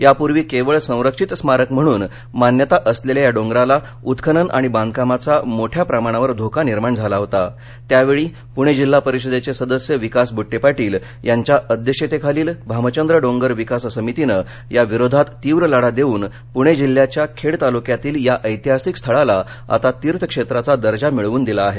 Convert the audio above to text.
यापूर्वी केवळ संरक्षित स्मारक म्हणून मान्यता असलेल्या या डोंगराला उत्खनन आणि बांधकामाचा मोठ्या प्रमाणावर धोका निर्माण झाला होता त्यावेळी पृणे जिल्हा परिषदेचे सदस्य विकास बुट्टेपाटील यांच्या अध्यक्षतेखालील भामचंद्र डोंगर विकास समितीनं या विरोधात तीव्र लढा देऊन पूणे जिल्ह्याच्या खेड तालुक्यातील या ऐतिहासिक स्थळाला आता तीर्थक्षेत्राचा दर्जा मिळवून दिला आहे